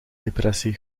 depressie